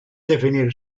definir